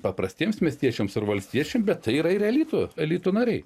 paprastiems miestiečiams ar valstiečiam bet yra ir elito elito nariai